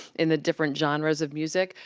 in the different genres of music.